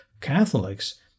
Catholics